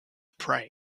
pray